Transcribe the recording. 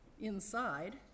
inside